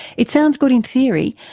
it sounds good in theory,